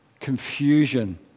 confusion